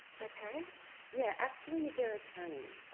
my parents? yeah, actually, their attorney.